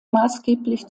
maßgeblich